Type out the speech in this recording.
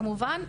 כמובן,